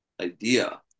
idea